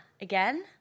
again